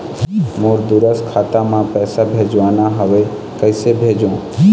मोर दुसर खाता मा पैसा भेजवाना हवे, कइसे भेजों?